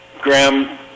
Graham